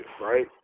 right